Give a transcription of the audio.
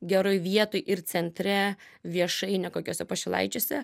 geroj vietoj ir centre viešai ne kokiuose pašilaičiuose